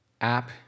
App